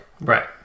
right